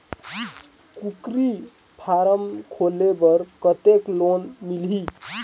कूकरी फारम खोले बर कतेक लोन मिलही?